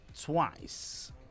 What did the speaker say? twice